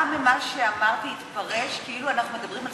מה ממה שאמרתי התפרש כאילו אנחנו מדברים על